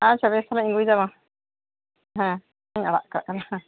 ᱟᱪᱪᱷᱟ ᱵᱮᱥ ᱛᱟᱦᱚᱞᱮ ᱟᱹᱜᱩᱭ ᱫᱟ ᱢᱟ ᱦᱮᱸ ᱟᱲᱟᱜ ᱠᱟᱜ ᱠᱟᱱᱟ